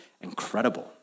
incredible